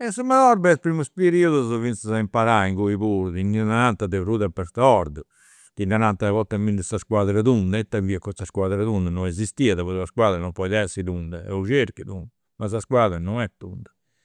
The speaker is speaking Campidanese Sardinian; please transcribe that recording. e su is primus periudus finzas a imparai inguni puru, ti ndi narant de prus de bertoldo, ti narant, potamindi sa squadra tunda e ita fiat custa squadra tunda, non esistiat poita una squadra non podit essi tunda est u' cerchiu tundu, ma sa squadra non est tunda